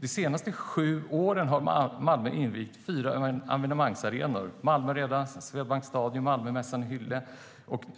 De senaste sju åren har Malmö invigt fyra evenemangsarenor: Malmö Arena, Swedbank Stadion, Malmömässan i Hyllie